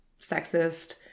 sexist